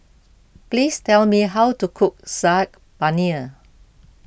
please tell me how to cook Saag Paneer